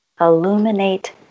Illuminate